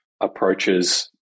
approaches